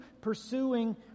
pursuing